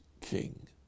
king